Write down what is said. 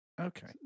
okay